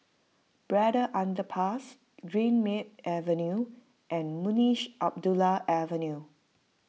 Braddell Underpass Greenmead Avenue and Munshi Abdullah Avenue